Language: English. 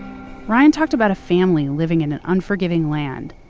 ryan talked about a family living in an unforgiving land,